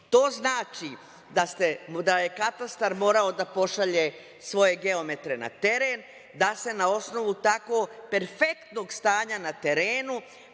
To znači da je katastar morao da pošalje svoje geometre na teren, da se na osnovu tako perfektnog stanja na terenu